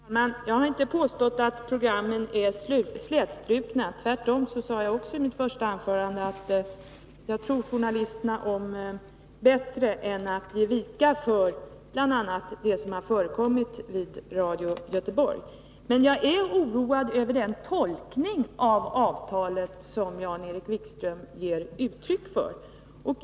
Herr talman! Jag har inte påstått att programmen är slätstrukna. Tvärtom sade jag i mitt första anförande att jag tror journalisterna om bättre än att de ger vika för bl.a. det som har förekommit vid radio Göteborg. Men jag är oroad över den tolkning av avtalet som Jan-Erik Wikström ger uttryck för.